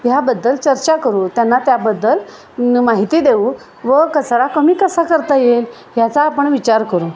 ह्याबद्दल चर्चा करू त्यांना त्याबद्दल माहिती देऊ व कचरा कमी कसा करता येईल ह्याचा आपण विचार करू